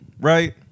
right